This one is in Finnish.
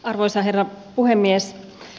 arvoisa herra puhemies